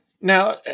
Now